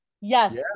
Yes